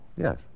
Yes